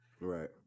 Right